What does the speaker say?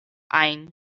ajn